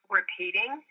repeating